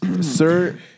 Sir